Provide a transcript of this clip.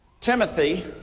Timothy